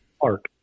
Park